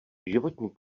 životní